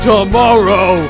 Tomorrow